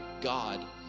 God